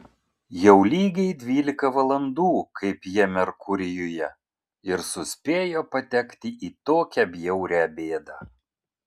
jau lygiai dvylika valandų kaip jie merkurijuje ir suspėjo patekti į tokią bjaurią bėdą